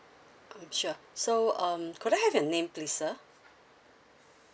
um sure so um could I have your name please sir